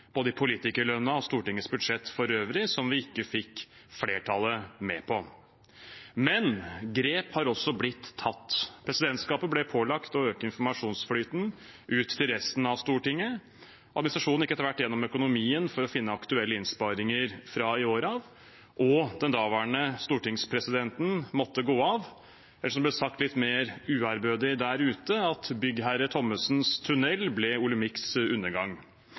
både politikerlønnen og Stortingets budsjett for øvrig, som vi ikke fikk flertallet med på. Men grep har blitt tatt. Presidentskapet ble pålagt å øke informasjonsflyten ut til resten av Stortinget. Administrasjonen gikk etter hvert gjennom økonomien for å finne aktuelle innsparinger fra i år av, og den daværende stortingspresidenten måtte gå av. Det som ble sagt litt mer uærbødig der ute, er at byggherre Thommessens tunell ble Olemics undergang.